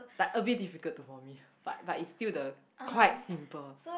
but a bit difficult to for me but but it's still the quite simple